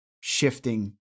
shifting